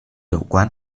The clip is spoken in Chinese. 有关